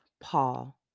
Paul